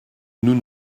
nous